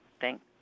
thank